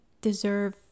deserve